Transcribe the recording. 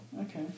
Okay